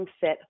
fit